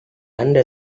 anda